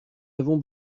avons